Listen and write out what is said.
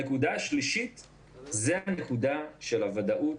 הנקודה השלישית היא הנקודה של הוודאות,